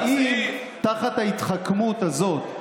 האם תחת ההתחכמות הזאת,